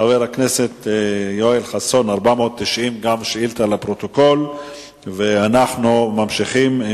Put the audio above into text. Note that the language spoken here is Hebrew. חבר הכנסת דוד אזולאי שאל את ראש הממשלה ביום